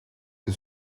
que